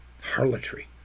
harlotry